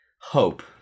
hope